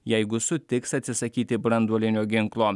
jeigu sutiks atsisakyti branduolinio ginklo